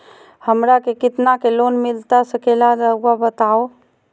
हमरा के कितना के लोन मिलता सके ला रायुआ बताहो?